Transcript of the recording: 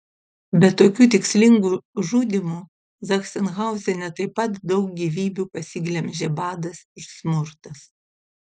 be tokių tikslingų žudymų zachsenhauzene taip pat daug gyvybių pasiglemžė badas ir smurtas